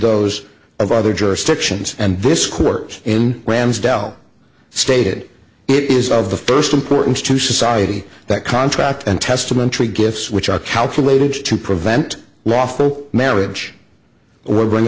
those of other jurisdictions and this court in rand's del stated it is of the first importance to society that contract and testamentary gifts which are calculated to prevent lawful marriage were bring